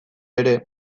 ere